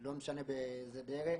לא משנה באיזה דרך.